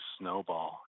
snowball